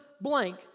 blank